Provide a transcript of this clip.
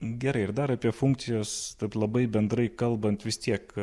gerai ir dar apie funkcijas taip labai bendrai kalbant vis tiek